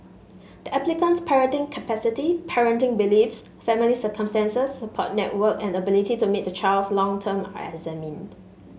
the applicant's parenting capacity parenting beliefs family circumstances support network and ability to meet the child's long term are examined